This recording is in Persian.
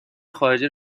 خارجه